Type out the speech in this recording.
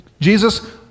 Jesus